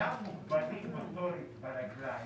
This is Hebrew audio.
שאינם מוגבלים מוטורית ברגליים,